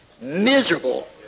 miserable